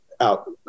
out